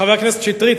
חבר הכנסת שטרית,